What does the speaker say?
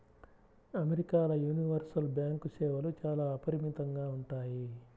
అమెరికాల universal bank సేవలు చాలా అపరిమితంగా ఉంటాయి